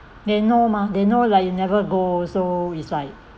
they know mah they know like you never go so is like